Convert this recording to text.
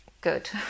good